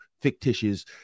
fictitious